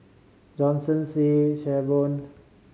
Johnson Shay Savon